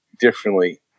differently